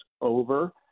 over